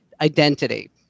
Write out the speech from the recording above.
identity